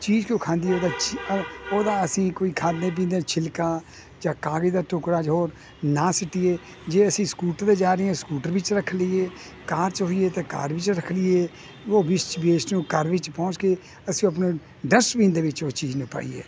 ਚੀਜ਼ ਕਿਉਂ ਉਹਦਾ ਅਸੀਂ ਕੋਈ ਖਾਂਦੇ ਪੀਦੇ ਛਿਲਕਾ ਜਾਂ ਕਾਗਜ਼ ਦਾ ਟੁਕੜਾ ਜਾਂ ਹੋਰ ਨਾ ਸਿਟੀਏ ਜੇ ਅਸੀਂ ਸਕੂਟਰ 'ਤੇ ਜਾ ਰਹੇ ਹਾਂ ਸਕੂਟਰ ਵਿਚ ਰੱਖ ਲਈਏ ਕਾਰ ਵਿਚ ਹੋਈਏ ਤਾਂ ਕਾਰ ਵਿਚ ਰੱਖ ਲਈਏ ਉਹ ਵੇਸਟ ਨੂੰ ਘਰ ਵਿੱਚ ਪਹੁੰਚ ਕੇ ਅਸੀਂ ਆਪਣੇ ਡਸਟਬੀਨ ਦੇ ਵਿੱਚ ਉਹ ਚੀਜ਼ ਨੂੰ ਪਾਈਏ